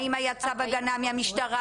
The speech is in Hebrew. האם היה צו הגנה מהמשטרה,